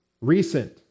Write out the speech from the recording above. recent